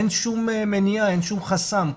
אין שום מניעה, אין שום חסם.